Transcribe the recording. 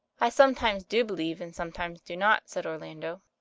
i sometimes do believe and sometimes do not, said orlando.